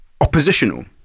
oppositional